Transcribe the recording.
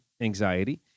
anxiety